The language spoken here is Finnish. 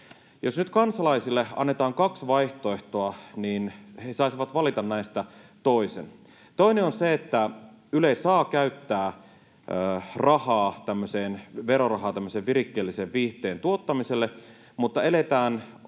Jos nyt kansalaisille annetaan kaksi vaihtoehtoa ja he saisivat valita näistä toisen: Toinen on se, että Yle saa käyttää verorahaa tämmöisen virikkeellisen viihteen tuottamiseen, mutta eletään